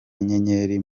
nyenyeri